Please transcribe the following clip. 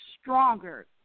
stronger